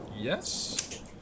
Yes